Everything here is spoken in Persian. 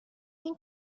این